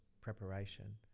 preparation